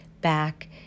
back